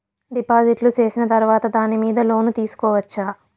డిపాజిట్లు సేసిన తర్వాత దాని మీద లోను తీసుకోవచ్చా?